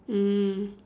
mm